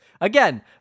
again